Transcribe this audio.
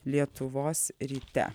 lietuvos ryte